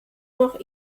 noch